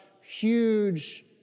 huge